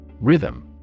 Rhythm